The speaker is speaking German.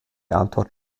antwort